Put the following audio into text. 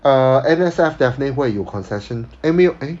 uh N_S_F definitely 会有 concession eh 没有 maybe